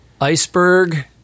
Iceberg